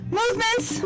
movements